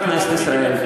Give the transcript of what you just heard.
בכנסת ישראל,